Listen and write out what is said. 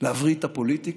להבריא את הפוליטיקה,